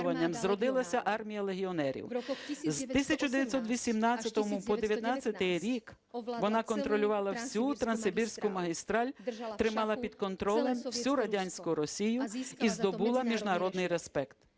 зродилася армія легіонерів, з 1918 по 1919 рік вона контролювала всю Транссибірську магістраль, тримала під контролем всю радянську Росію і здобула міжнародний респект.